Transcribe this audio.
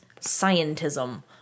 scientism